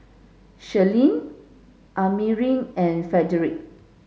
Shirlene Amari and Frederic